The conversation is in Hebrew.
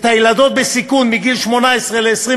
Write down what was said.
האם אנחנו מאריכים את גיל הנערות בסיכון מ-18 ל-25,